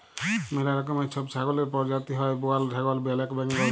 ম্যালা রকমের ছব ছাগলের পরজাতি হ্যয় বোয়ার ছাগল, ব্যালেক বেঙ্গল